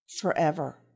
forever